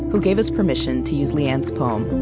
who gave us permission to use leanne's poem.